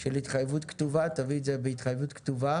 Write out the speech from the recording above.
של התחייבות כתובה ותביא את זה בהתחייבות כתובה